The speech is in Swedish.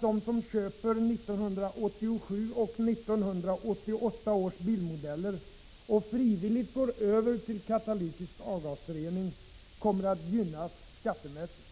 de som köper 1987 och 1988 års bilmodeller och frivilligt går över till katalytisk avgasrening kommer att gynnas skattemässigt.